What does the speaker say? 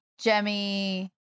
jemmy